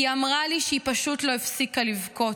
היא אמרה לי שהיא פשוט לא הפסיקה לבכות,